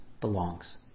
belongs